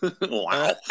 Wow